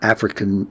African